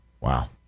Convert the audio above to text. Wow